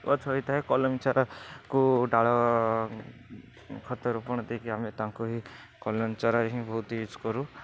ଗଛ ହୋଇଥାଏ କଲମୀ ଚାରାକୁ ଡାଳ ଖତ ରୋପଣ ଦେଇକି ଆମେ ତାଙ୍କୁ ହିଁ କଲମୀ ଚାରା ହିଁ ବହୁତ ୟୁଜ୍ କରୁ